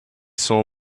saw